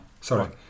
Sorry